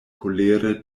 kolere